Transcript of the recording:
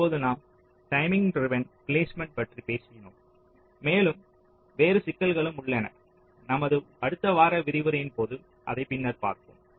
இப்போது நாம் timing driven placement பற்றி பேசியுனோம் வேறு சிக்கல்களும் உள்ளன நமது அடுத்த வார விரிவுரைகளின் போது பின்னர் பார்ப்போம்